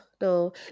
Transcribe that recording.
no